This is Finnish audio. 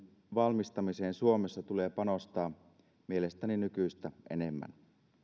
valmistamiseen suomessa tulee panostaa mielestäni nykyistä enemmän